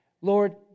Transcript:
Lord